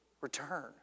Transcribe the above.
Return